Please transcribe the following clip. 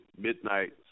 Midnight